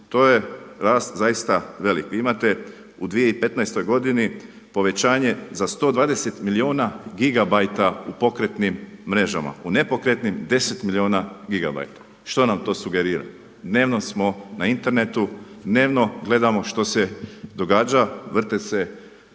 to je rast zaista veliki. Vi imate u 2015. godini povećanje za 120 milijuna gigabajta u pokretnim mrežama, u nepokretnim 10 milijuna gigabajta. Što nam to sugerira? Dnevno smo na internetu, dnevno gledamo što se događa, vrte se